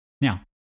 Now